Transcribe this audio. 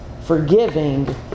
forgiving